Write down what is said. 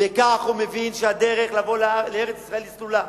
וכך הוא מבין שהדרך לבוא לארץ-ישראל סלולה,